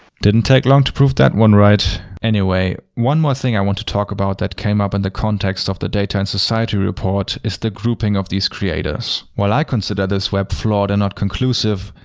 didn't take long to prove that one right. anyway, one more thing i want to talk about that came up in the context of the data and society report is the grouping of these creators. while i consider this web flawed and unconclusive,